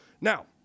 Now